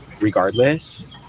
regardless